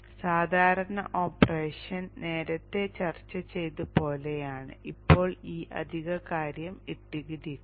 സാധാരണ ഓപ്പറേഷൻ നേരത്തെ ചർച്ച ചെയ്തതുപോലെയാണ് ഇപ്പോൾ ഈ അധിക കാര്യം ഇട്ടിരിക്കുന്നു